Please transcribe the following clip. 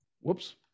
whoops